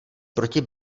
proti